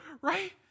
Right